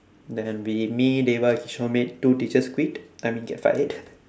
then we me dava kishu made two teachers quit I mean get fired